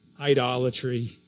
idolatry